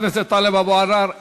חבר הכנסת טלב אבו עראר,